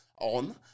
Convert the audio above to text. on